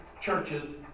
churches